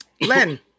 Len